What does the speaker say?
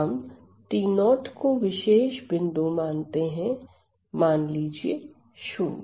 हम t0 को विशेष बिंदु मानते हैं मान लीजिए शुन्य